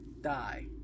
Die